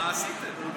מה עשיתם?